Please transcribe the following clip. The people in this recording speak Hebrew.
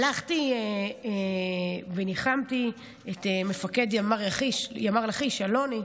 הלכתי וניחמתי את מפקד ימ"ר לכיש אלוני,